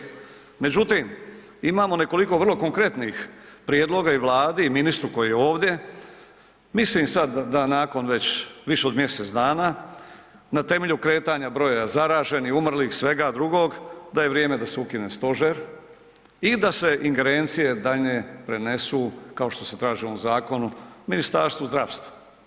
Međutim, imamo nekoliko vrlo konkretnih prijedloga i Vladi i ministru koji je ovdje, mislim sad da nakon već više od mjesec dana na temelju kretanja broja zaraženih, umrlih, svega drugog, da je vrijeme da se ukine stožer i da se ingerencije daljnje prenesu kao što se traži u ovom zakonu, Ministarstvu zdravstva.